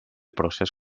procés